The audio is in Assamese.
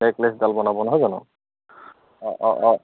নেকলেছডাল বনাব নহয় জানো অঁ অঁ অঁ